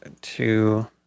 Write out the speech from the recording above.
Two